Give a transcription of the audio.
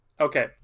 Okay